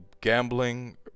gambling